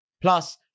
Plus